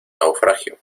naufragio